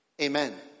Amen